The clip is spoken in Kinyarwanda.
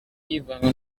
yivanga